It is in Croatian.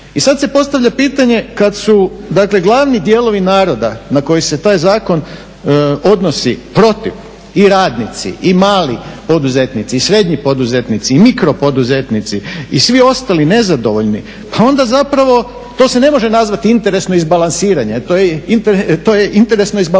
I sad se postavlja pitanje, kad su dakle glavni dijelovi naroda na koje se taj zakon odnosi protiv, i radnici i mali poduzetnici i srednji poduzetnici i mikro poduzetnici i svi ostali nezadovoljni pa onda zapravo to se ne može nazvati interesno izbalansiranje to je interesno izbalansiranje